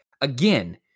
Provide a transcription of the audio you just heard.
Again